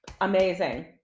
Amazing